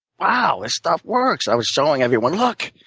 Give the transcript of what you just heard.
wow, this stuff works. i was showing everyone look,